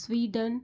Sweden